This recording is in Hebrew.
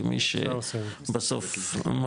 כמי שבסוף,